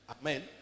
Amen